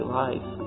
life